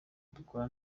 dukora